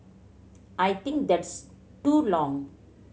I think that's too long